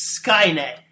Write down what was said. skynet